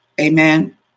Amen